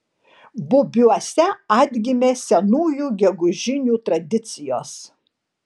bubiuose atgimė senųjų gegužinių tradicijos